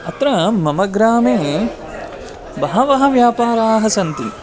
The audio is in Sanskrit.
अत्र मम ग्रामे बहवः व्यापाराः सन्ति